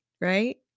right